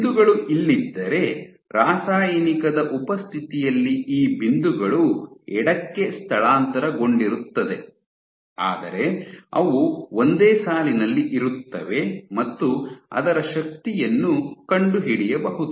ಬಿಂದುಗಳು ಇಲ್ಲಿದ್ದರೆ ರಾಸಾಯಿನಿಕದ ಉಪಸ್ಥಿತಿಯಲ್ಲಿ ಈ ಬಿಂದುಗಳು ಎಡಕ್ಕೆ ಸ್ಥಳಾಂತರಗೊಂಡಿರುತ್ತದೆ ಆದರೆ ಅವು ಒಂದೇ ಸಾಲಿನಲ್ಲಿ ಇರುತ್ತವೆ ಮತ್ತು ಅದರ ಶಕ್ತಿಯನ್ನು ಕಂಡುಹಿಡಿಯಬಹುದು